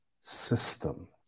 system